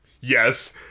Yes